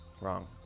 Wrong